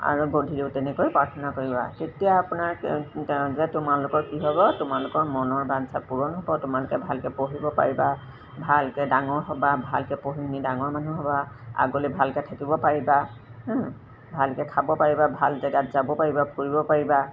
আৰু গধূলিও তেনেকৈ প্ৰাৰ্থনা কৰিবা তেতিয়া আপোনাৰ যে তোমালোকৰ কি হ'ব তোমালোকৰ মনৰ বাঞ্চা পূৰণ হ'ব তোমালোকে ভালকৈ পঢ়িব পাৰিবা ভালকৈ ডাঙৰ হ'বা ভালকৈ পঢ়ি শুনি ডাঙৰ মানুহ হ'বা আগলৈ ভালকৈ থাকিব পাৰিবা ভালকৈ খাব পাৰিবা ভাল জেগাত যাব পাৰিবা ফুৰিব পাৰিবা